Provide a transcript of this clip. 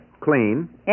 Clean